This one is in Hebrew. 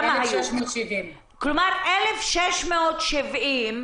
1,670. כלומר, 1,670,